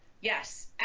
Yes